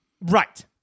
Right